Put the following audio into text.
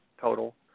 total